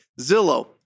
Zillow